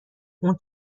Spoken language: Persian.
اون